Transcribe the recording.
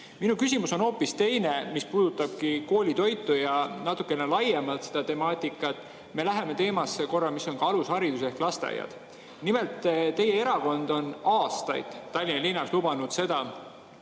Minu küsimus on aga hoopis teine, see puudutabki koolitoitu ja natuke laiemalt seda temaatikat. Me läheme korra teemasse, mis on alusharidus ehk lasteaiad. Nimelt, teie erakond on aastaid Tallinna linnas lubanud – ka